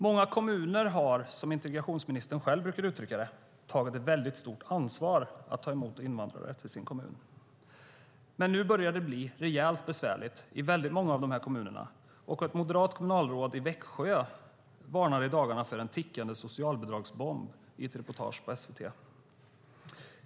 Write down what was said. Många kommuner har, som integrationsministern själv brukar uttrycka det, tagit ett stort ansvar genom att ta emot invandrare. Men nu börjar det bli rejält besvärligt i många av dessa kommuner. Ett moderat kommunalråd i Växjö varnade i dagarna i ett reportage i SVT för en tickande socialbidragsbomb.